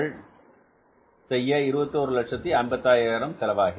160000 unit செய்ய 2155000 செலவாகியது